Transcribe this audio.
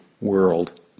world